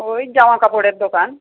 ওই জামা কাপড়ের দোকান